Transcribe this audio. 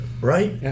right